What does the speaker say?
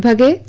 but da